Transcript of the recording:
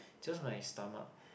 just my stomach